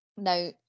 Now